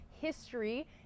history